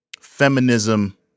feminism